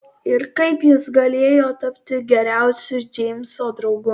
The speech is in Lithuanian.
ir kaip jis galėjo tapti geriausiu džeimso draugu